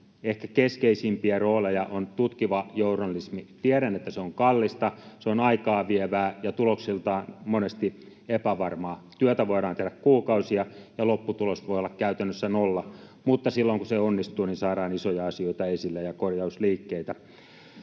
ehkä keskeisimmistä rooleista on tutkiva journalismi. Tiedän, että se on kallista, aikaa vievää ja tuloksiltaan monesti epävarmaa. Työtä voidaan tehdä kuukausia, ja lopputulos voi olla käytännössä nolla, mutta silloin, kun se onnistuu, saadaan isoja asioita esille ja korjausliikkeitä.